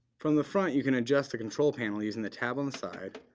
from the front, you can adjust the control panel using the tab on the side,